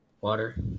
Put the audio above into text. Water